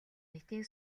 нийтийн